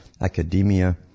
academia